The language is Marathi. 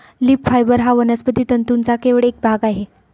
लीफ फायबर हा वनस्पती तंतूंचा केवळ एक भाग आहे